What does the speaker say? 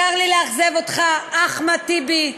צר לי לאכזב אותך, אחמד טיבי,